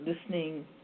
listening